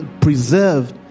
preserved